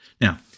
Now